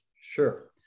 Sure